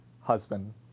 husband